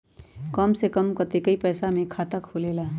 कम से कम कतेइक पैसा में खाता खुलेला?